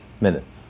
Minutes